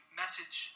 message